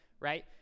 right